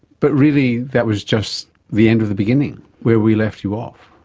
but really that was just the end of the beginning, where we left you off.